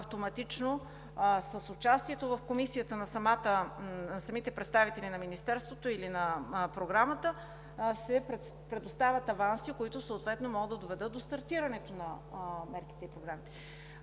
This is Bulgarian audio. автоматично с участието в комисията на самите представители на Министерството или на Програмата, се предоставят аванси, които съответно могат да доведат до стартирането на мерките. Въпросът